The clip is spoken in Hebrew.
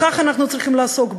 בכך אנחנו צריכים לעסוק,